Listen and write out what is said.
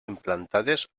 implantades